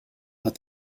but